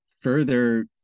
further